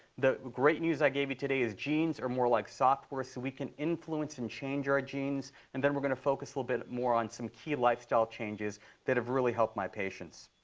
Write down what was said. the great news i gave you today is genes are more like software. so we can influence and change our genes. and then we're going to focus a little bit more on some key lifestyle changes that have really helped my patients.